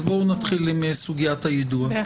אז בואו נתחיל עם סוגיית היידוע.